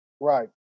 Right